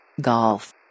Golf